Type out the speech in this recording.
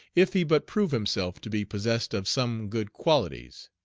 if he but prove himself to be possessed of some good qualities.